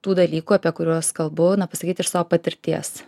tų dalykų apie kuriuos kalbu na pasakyt iš savo patirties